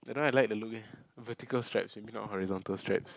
I don't know I like the look eh vertical stripes I mean not horizontal stripes